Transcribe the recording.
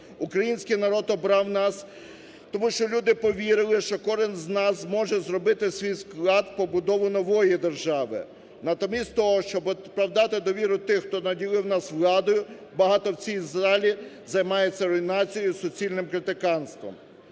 Український народ обрав нас тому, що люди повірили, що кожен з нас може зробити свій вклад в побудову нової держави. Натомість того, щоб оправдати довіру тих, хто наділив нас владою, багато в цій залі займається руйнацією, суцільним критиканством.